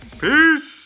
peace